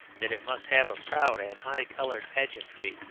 that it must have a proud and high-coloured pageantry,